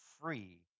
free